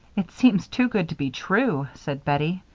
it seems too good to be true, said bettie,